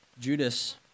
Judas